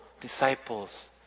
disciples